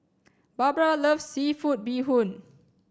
Barbara loves seafood bee hoon